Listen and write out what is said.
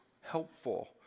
helpful